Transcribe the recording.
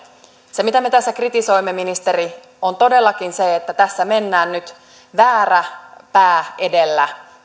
se mitä me tässä kritisoimme ministeri on todellakin se että tässä mennään nyt väärä pää edellä